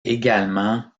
également